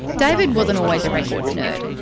david wasn't always a records nerd.